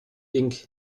inc